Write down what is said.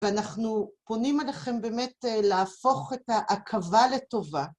ואנחנו פונים אליכם באמת להפוך את העכבה לטובה.